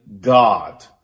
God